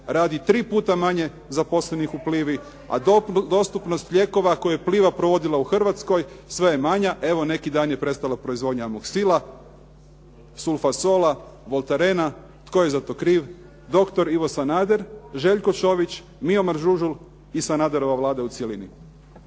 radi tri puta manje zaposlenih u Plivi, a dostupnost lijekova koje je Pliva provodila u Hrvatskoj sve je manja. Evo, neki dan je prestala proizvodnja Amoxila, Sulfasola, Voltarena. Tko je za to kriv? Doktor Ivo Sanader, Željko Čović, Miomir Žužul i Sanaderova Vlada u cjelini.